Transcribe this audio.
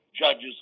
judges